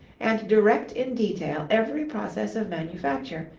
and direct in detail every process of manufacture,